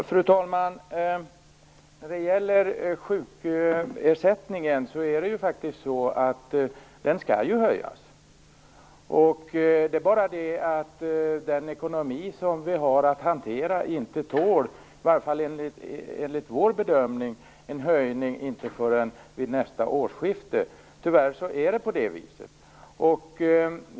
Fru talman! Sjukersättningen skall ju höjas. Men enligt vår bedömning tål inte den ekonomi som vi har att hantera en höjning förrän vid nästa årsskifte. Tyvärr är det på det viset.